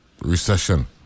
recession